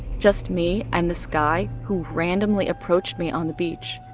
just me and this guy who randomly approached me on the beach.